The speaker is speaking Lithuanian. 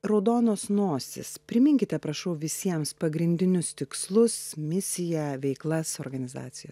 raudonos nosys priminkite prašau visiems pagrindinius tikslus misiją veiklas organizaciją